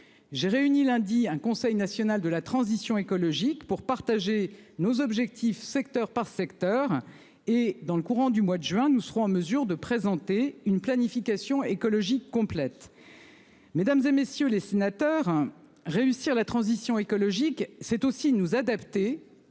J'ai réuni lundi un conseil national de la transition écologique pour partager nos objectifs, secteur par secteur et dans le courant du mois de juin, nous serons en mesure de présenter une planification écologique complète. Mesdames, et messieurs les sénateurs, hein. Réussir la transition écologique, c'est aussi nous adapter